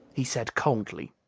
he said coldly.